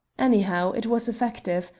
anyhow, it was effective.